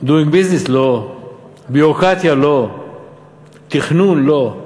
doing business, לא, ביורוקרטיה, לא, תכנון, לא.